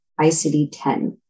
ICD-10